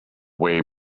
way